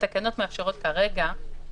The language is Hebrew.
כמה שאנחנו פותחים יותר ויותר זה ייקח יותר זמן.